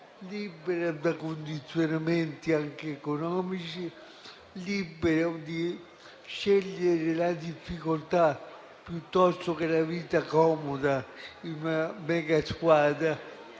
libero da condizionamenti, anche economici; libero di scegliere la difficoltà piuttosto che la vita comoda in una megasquadra;